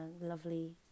lovely